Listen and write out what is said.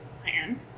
plan